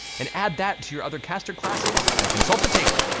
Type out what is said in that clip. and add that to your other caster classes, and consult the table!